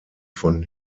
von